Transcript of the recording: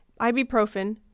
ibuprofen